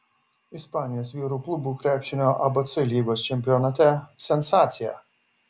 ispanijos vyrų klubų krepšinio abc lygos čempionate sensacija